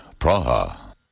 Praha